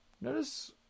Notice